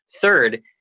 Third